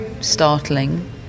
startling